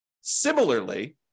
Similarly